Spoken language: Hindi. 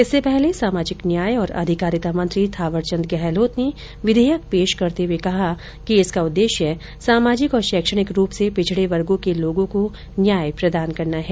इससे पहले सामाजिक न्याय और अधिकारिता मंत्री थावरचंद गहलोत ने विधेयक पेश करते हुए कहा कि इसका उद्देश्य सामाजिक और शैक्षणिक रूप से पिछड़े हुए वर्गों के लोगों को न्याय प्रदान करना है